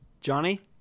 Johnny